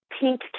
pink